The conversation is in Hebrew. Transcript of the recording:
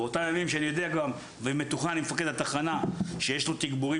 באותם ימים שאני יודע וגם מתוכנן עם מפקד התחנה שיש לו תגבורים